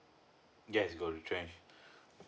yes got retrenched